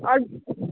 आओर